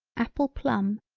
apple plum,